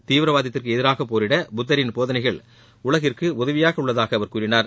தீவிரவாதத்திற்கு எதிராக போரிட புத்தரின் போதனைகள் உலகுக்கு உதவியாக உள்ளதாக அவர் கூறினார்